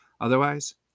Otherwise